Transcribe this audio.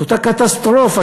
אותה קטסטרופה,